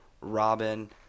Robin